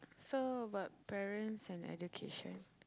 so about parents and education